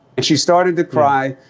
and she started to cry.